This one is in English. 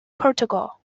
portugal